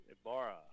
Ibarra